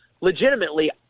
legitimately